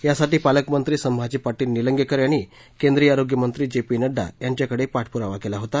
यासाठी पालकमंत्री संभाजी पाटील निलंगेकर यांनी केंद्रीय आरोग्य मंत्री जेपी नड्डा यांच्याकडे पाठपुरावा केला होता